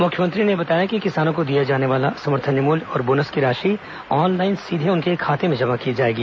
मुख्यमंत्री ने बताया कि किसानों को दिए जाने वाले समर्थन मूल्य और बोनस की राशि ऑनलाइन सीधे उनके खाते में जमा की जाएगी